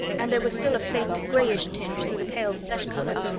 and there was still a faint grayish tinge through the pale flesh color,